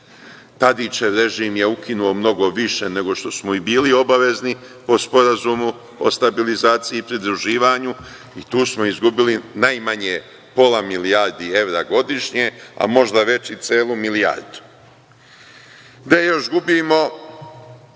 Tadićev režim je ukinuo mnogo više nego što smo i bili obavezni po Sporazumu o stabilizaciji i pridruživanju i tu smo izgubili najmanje pola milijardi evra godišnje, a možda već i celu milijardu. Gde